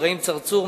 אברהים צרצור,